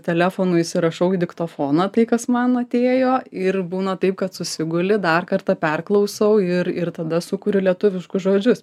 telefonu įsirašau į diktofoną tai kas man atėjo ir būna taip kad susiguli dar kartą perklausau ir ir tada sukuriu lietuviškus žodžius